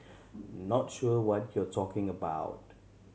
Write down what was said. not sure what we're talking about